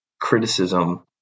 criticism